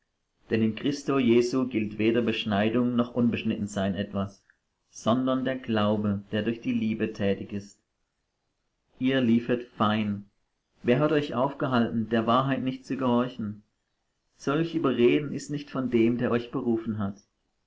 denn in christo jesu gilt weder beschneidung noch unbeschnitten sein etwas sondern der glaube der durch die liebe tätig ist ihr liefet fein wer hat euch aufgehalten der wahrheit nicht zu gehorchen solch überreden ist nicht von dem der euch berufen hat